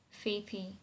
Faithy